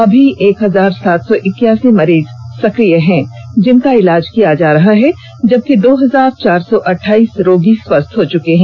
अभी एक हजार सात सौ इक्यासी मरीज सक्रिय हैं जिनका इलाज किया जा रहा है जबकि दो हजार चार सौ अठाइस रोगी स्वस्थ हो चुके हैं